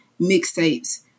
mixtapes